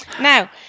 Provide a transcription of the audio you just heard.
now